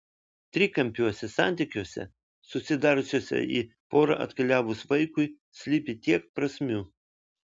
trikampiuose santykiuose susidariusiuose į porą atkeliavus vaikui slypi tiek prasmių